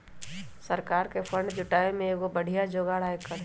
सरकार के फंड जुटावे के एगो बढ़िया जोगार आयकर हई